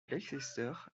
leicester